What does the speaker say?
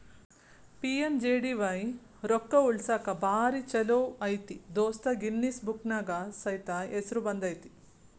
PMJDY ರೊಕ್ಕಾ ಉಳಸಾಕ ಭಾರಿ ಛೋಲೋ ಐತಿ ದೋಸ್ತ ಗಿನ್ನಿಸ್ ಬುಕ್ನ್ಯಾಗ ಸೈತ ಹೆಸರು ಬಂದೈತಿ